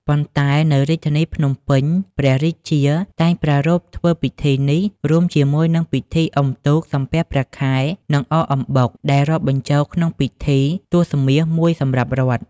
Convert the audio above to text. ប៉ុន្តែ នៅរាជធានីភ្នំពេញ ព្រះរាជាតែងប្រារព្ធធ្វើពិធីនេះ រួមជាមួយនឹងពិធីអុំទូក សំពះព្រះខែ និងអកអំបុក ដែលរាប់បញ្ចូលក្នុងពិធីទសមាសមួយសម្រាប់រដ្ឋ ។